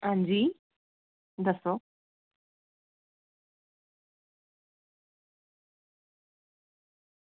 अंजी दस्सो